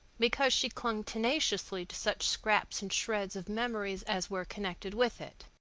because she clung tenaciously to such scraps and shreds of memories as were connected with it.